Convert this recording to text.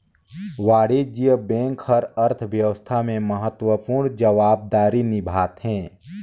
वाणिज्य बेंक हर अर्थबेवस्था में महत्वपूर्न जवाबदारी निभावथें